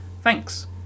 thanks